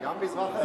גם מזרח הירדן.